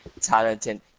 talented